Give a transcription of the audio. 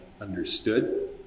understood